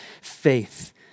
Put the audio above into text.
faith